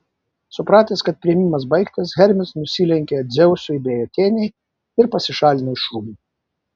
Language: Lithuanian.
supratęs kad priėmimas baigtas hermis nusilenkė dzeusui bei atėnei ir pasišalino iš rūmų